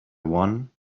one